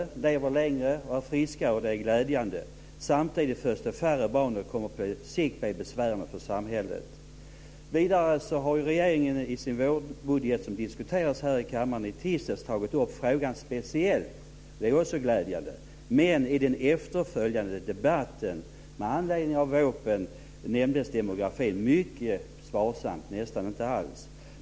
Vi lever längre och är friskare, och det är glädjande. Samtidigt föds det färre barn, vilket på sikt kommer att bli besvärande för samhället. Regeringen har också i sin vårbudget, som diskuterades här i kammaren i tisdags, tagit upp frågan speciellt. Det är också glädjande. Men i den efterföljande debatten med anledning av VÅP:en nämndes demografin mycket sparsamt, nästan inte alls.